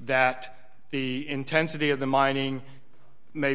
that the intensity of the mining may